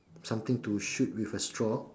something to shoot with a straw